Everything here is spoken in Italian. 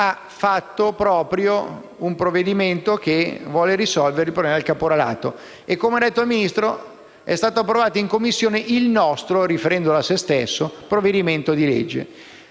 ha fatto proprio un provvedimento che vuole risolvere il problema del caporalato. Come ha detto il Ministro: è stato approvato in Commissione il nostro - riferendolo a se stesso - provvedimento di legge.